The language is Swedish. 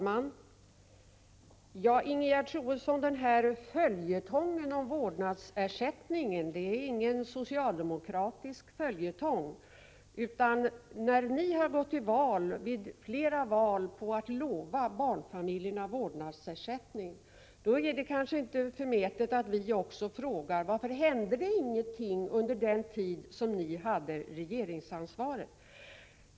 Herr talman! Följetongen om vårdnadsersättning, Ingegerd Troedsson, är ingen socialdemokratisk följetong, utan ni har gått till val flera gånger med att lova barnfamiljerna vårdnadsersättning. Då är det kanske inte förmätet att också vi frågar: Varför hände det ingenting under den tid som ni hade regeringsansvaret?